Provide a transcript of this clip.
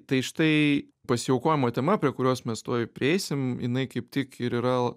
tai štai pasiaukojimo tema prie kurios mes tuoj prieisim jinai kaip tik ir yra